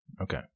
Okay